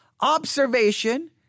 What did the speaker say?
observation